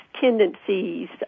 tendencies